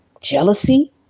jealousy